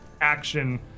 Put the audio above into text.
action